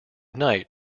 night